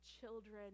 children